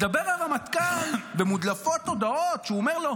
מדבר הרמטכ"ל ומודלפות הודעות שהוא אומר לו: